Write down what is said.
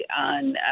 on